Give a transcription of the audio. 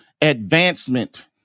advancement